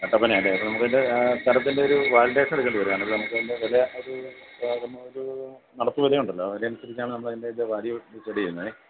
കട്ടപ്പനയാണ് അല്ലേ അപ്പോൾ നമുക്ക് അതിൻ്റെ സ്ഥലത്തിൻ്റെ ഒരു വാലിഡേഷൻ എടുക്കേണ്ടിവരും കാരണം നമുക്ക് അതിൻ്റെ വില ഒരു നമുക്ക് വില നടപ്പ് വില ഉണ്ടല്ലോ അതിനനുസരിച്ചാണ് നമ്മൾ അതിൻ്റെ വാല്യൂ ഡിസൈഡ് ചെയ്യുന്നത്